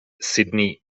sydney